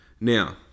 Now